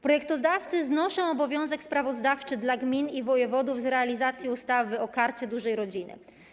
Projektodawcy znoszą obowiązek sprawozdawczy dla gmin i wojewodów z realizacji ustawy o Karcie Dużej Rodziny.